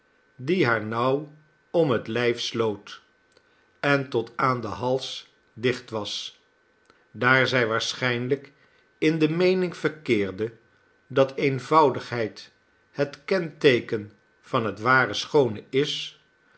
die haar nauw om het lijf sloot en tot aan den hals dicht was daar zij waarschijnlijk in de meening verkeerde dat eenvoudigheid het kenteeken van het ware schoone is